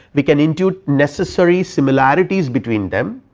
we can intuit necessary similarities between them